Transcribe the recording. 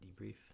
debrief